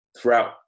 throughout